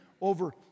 over